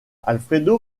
alfredo